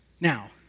Now